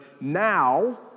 now